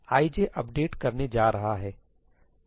तो यह i j update करने जा रहा है